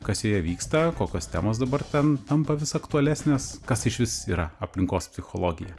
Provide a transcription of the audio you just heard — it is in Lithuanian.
kas joje vyksta kokios temos dabar ten tampa vis aktualesnės kas išvis yra aplinkos psichologija